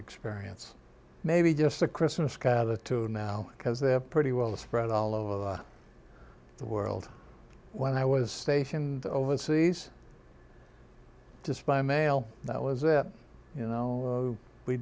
experience maybe just a christmas cather to now because they're pretty well spread all over the world when i was stationed overseas despite mail that was that you know we